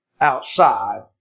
outside